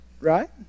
Right